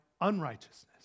unrighteousness